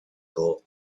goal